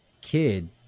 kid